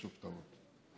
יש הפתעות.